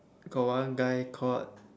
got one guy called